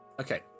okay